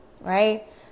right